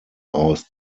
aus